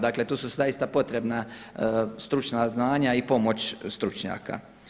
Dakle, tu su zaista potrebna stručna znanja i pomoć stručnjaka.